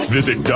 Visit